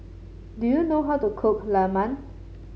do you know how to cook Lemang